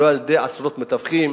לא על-ידי עשרות מתווכים